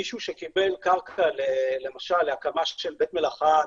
מישהו שקיבל קרקע למשל להקמה של בית מלאכה,